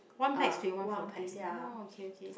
one pax twenty one forty oh okay okay